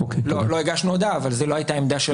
לא הגשנו הודעה אבל זו לא הייתה העמדה שלו,